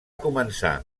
començar